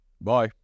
Bye